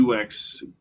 UX